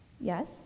Yes